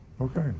Okay